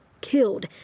killed